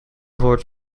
woord